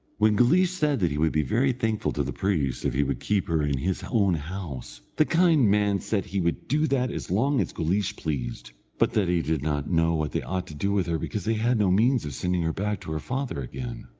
when guleesh said that he would be very thankful to the priest if he would keep her in his own house, the kind man said he would do that as long as guleesh pleased, but that he did not know what they ought to do with her, because they had no means of sending her back to her father again.